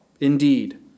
indeed